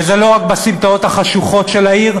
וזה לא רק בסמטאות החשוכות של העיר,